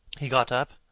he got up